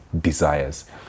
desires